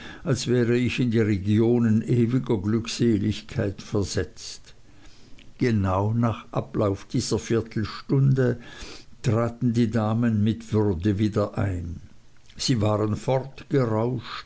als wäre ich in die regionen ewiger glückseligkeit versetzt genau nach ablauf einer viertelstunde traten die damen mit würde wieder ein sie waren